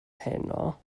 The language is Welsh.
heno